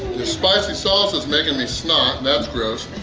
the spicy sauce is making me snot and that's gross.